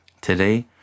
Today